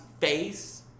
face